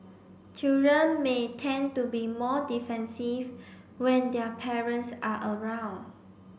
children may tend to be more defensive when their parents are around